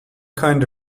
kind